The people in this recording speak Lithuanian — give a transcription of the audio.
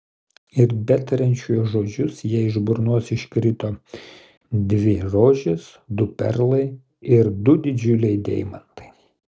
ir betariant šiuos žodžius jai iš burnos iškrito dvi rožės du perlai ir du didžiuliai deimantai